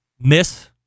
miss